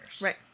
Right